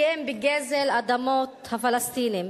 כי אם בגזל אדמות הפלסטינים.